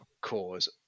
cause